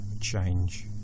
change